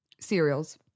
cereals